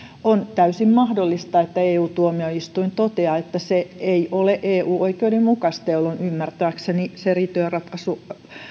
on täysin mahdollista että eu tuomioistuin toteaa että se ei ole eu oikeuden mukainen jolloin ymmärtääkseni se riitojenratkaisu